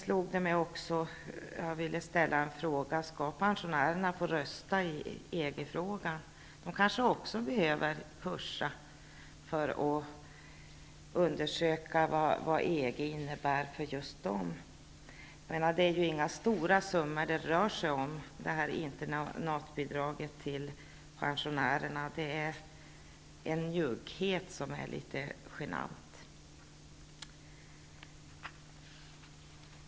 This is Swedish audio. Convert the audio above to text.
Sedan vill jag ställa en fråga också: Skall pensionärerna få rösta i EG-frågan? De kanske också behöver gå på kurs för att ta reda på vad EG innebär just för dem. Det här internatbidraget till pensionärerna rör ju inte några stora summor. Det är en njugghet som är litet genant.